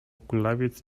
kulawiec